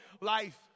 life